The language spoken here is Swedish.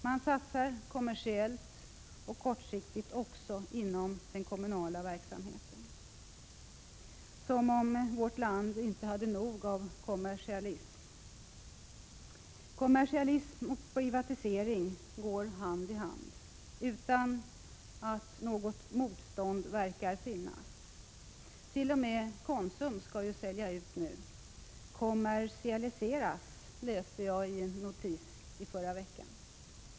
Man satsar kommersiellt och kortsiktigt också inom den kommunala verksamheten — som om inte vårt land hade nog av kommersialism. Kommersialism och privatisering går hand i hand utan att något motstånd verkar finnas. T. o. m. Konsum skall ju sälja ut nu, kommersialiseras, läste jag i en notis förra veckan.